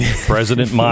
President